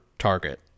target